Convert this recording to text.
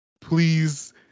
please